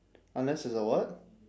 unless it's a what